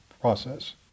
process